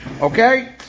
Okay